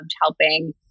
helping